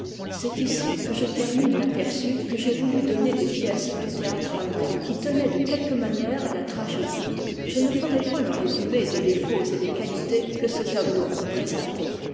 c'est ici que je termine l'aperçu que j'ai voulu donner des pièces du théâtre allemand qui tenaient de quelque manière à la tragédie je ne ferai point le résumé des défauts et des qualités que ce tableau peut présenter